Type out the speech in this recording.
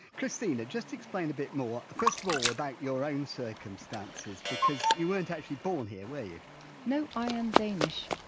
christina, just explain a bit more, first of all, about your own circumstances because you weren't actually born here were you? keillerno, know i am danish.